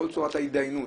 כל צורת ההתדיינות,